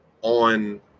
on